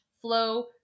flow